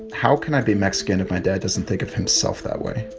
how can i be mexican if my dad doesn't think of himself that way?